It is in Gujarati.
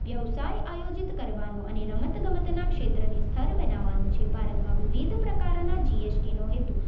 વ્યવસાય આયોજિત કરવાનો અને રમત ગમતનાં ક્ષેત્રને સ્થિર બનાવાનો છે ભારતમાં વિવિધ પ્રકારના જીએસટીનો હેતુ